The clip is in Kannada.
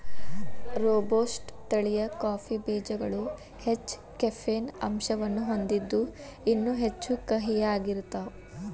ರೋಬಸ್ಟ ತಳಿಯ ಕಾಫಿ ಬೇಜಗಳು ಹೆಚ್ಚ ಕೆಫೇನ್ ಅಂಶವನ್ನ ಹೊಂದಿದ್ದು ಇನ್ನೂ ಹೆಚ್ಚು ಕಹಿಯಾಗಿರ್ತಾವ